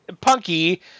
Punky